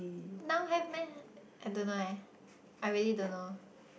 now have meh I don't know eh I really don't know